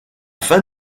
fin